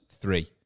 three